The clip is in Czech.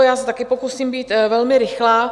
Já se taky pokusím být velmi rychlá.